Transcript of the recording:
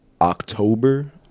october